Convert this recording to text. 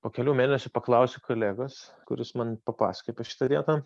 po kelių mėnesių paklausiu kolegos kuris man papasakojo apie šitą dietą